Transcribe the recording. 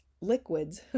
liquids